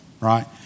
right